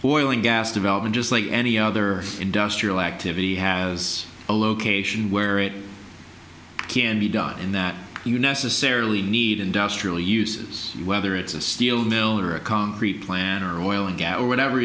that oil and gas development just like any other industrial activity has a location where it can be done in that you necessarily need industrial uses whether it's a steel mill or a concrete plan or oil and gas or whatever